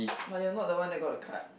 but you're not the one that got the card